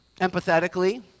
empathetically